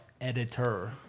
editor